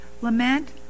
Lament